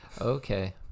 Okay